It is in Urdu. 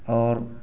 اور